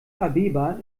abeba